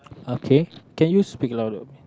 okay can you speak louder a bit